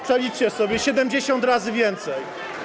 Przeliczcie sobie: 70 razy więcej.